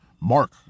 Mark